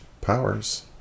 Powers